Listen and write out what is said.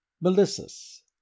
Melissus